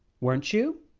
weren't you?